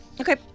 Okay